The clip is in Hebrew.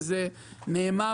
זה נאמר